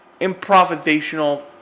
improvisational